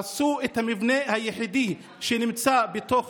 הרסו את המבנה היחידי שנמצא בתוך